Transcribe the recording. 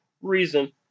reason